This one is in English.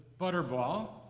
Butterball